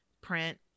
print